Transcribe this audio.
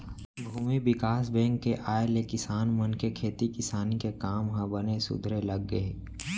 भूमि बिकास बेंक के आय ले किसान मन के खेती किसानी के काम ह बने सुधरे लग गे